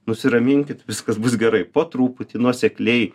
nusiraminkit viskas bus gerai po truputį nuosekliai